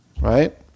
right